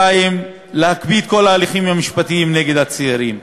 2. להקפיא את כל ההליכים המשפטיים נגד הצעירים,